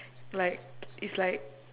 like it's like